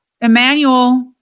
Emmanuel